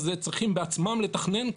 אז הם צריכים בעצמם לתכנן,